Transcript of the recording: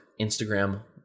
Instagram